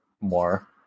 more